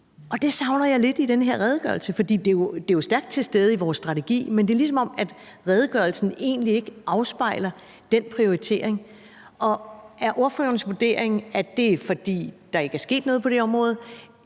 Og det savner jeg lidt i den her redegørelse, for det er stærkt til stede i vores strategi, men det er, som om redegørelsen egentlig ikke afspejler den prioritering. Er ordførerens vurdering, at det er, fordi der ikke er sket noget på det område,